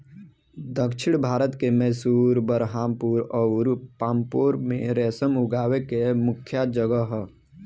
दक्षिण भारत के मैसूर, बरहामपुर अउर पांपोर में रेशम उगावे के मुख्या जगह ह